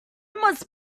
must